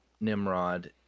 Nimrod